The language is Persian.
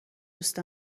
دوست